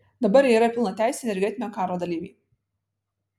dabar jie yra pilnateisiai energetinio karo dalyviai